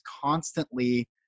constantly